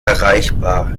erreichbar